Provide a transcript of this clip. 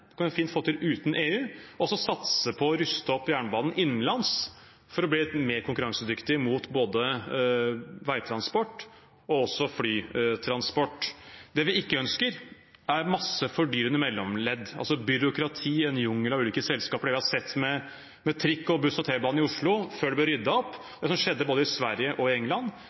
kan man fint få til uten EU – og også satse på å ruste opp jernbanen innenlands for å bli mer konkurransedyktig mot både veitransport og også flytransport. Det vi ikke ønsker, er masse fordyrende mellomledd, altså byråkrati, en jungel av ulike selskaper, det vi har sett med trikk og buss og T-bane i Oslo før det ble ryddet opp. Det som skjedde både i Sverige og i England,